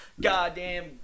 goddamn